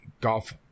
golf